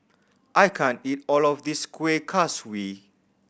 I can't eat all of this Kueh Kaswi